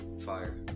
fire